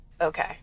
Okay